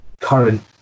current